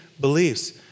beliefs